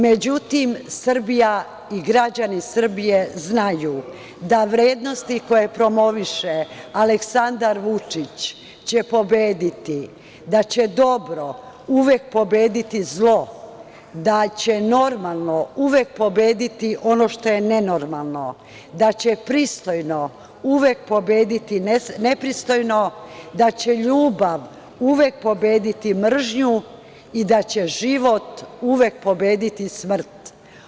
Međutim, Srbija i građani Srbije znaju da vrednosti koje promoviše Aleksandar Vučić će pobediti, da će dobro uvek pobediti zlo, da će normalno uvek pobediti ono što je nenormalno, da će pristojno uvek pobediti nepristojno, da će ljubav uvek pobediti mržnju i da će život uvek pobediti smrt.